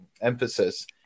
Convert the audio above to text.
emphasis-